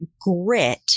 grit